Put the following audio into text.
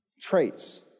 traits